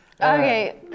Okay